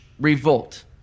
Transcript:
revolt